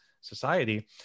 society